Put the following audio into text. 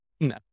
No